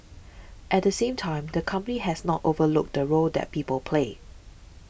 at the same time the company has not overlooked the role that people play